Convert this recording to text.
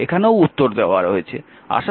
এখানেও উত্তর দেওয়া হয়েছে